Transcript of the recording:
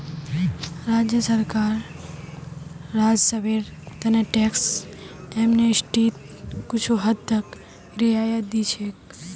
राज्य सरकार राजस्वेर त न टैक्स एमनेस्टीत कुछू हद तक रियायत दी छेक